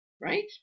right